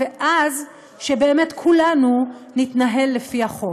ואז שבאמת כולנו נתנהל לפי החוק.